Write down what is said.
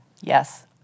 Yes